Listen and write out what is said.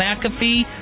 McAfee